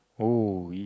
oh you